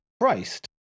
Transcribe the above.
Christ